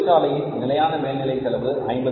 தொழிற்சாலையின் நிலையான மேல்நிலை செலவு 0